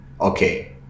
okay